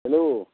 hello